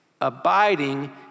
Abiding